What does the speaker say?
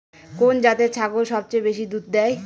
কোন জাতের ছাগল সবচেয়ে বেশি দুধ দেয়?